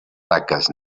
taques